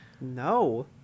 No